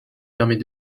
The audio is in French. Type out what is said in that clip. permet